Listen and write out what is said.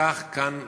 כך כאן בארץ,